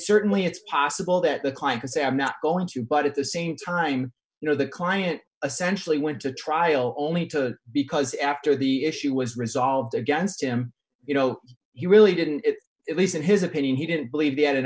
certainly it's possible that the client has a i'm not going to but at the same time you know the client essential went to trial only to because after the issue was resolved against him you know he really didn't it was in his opinion he didn't believe he had an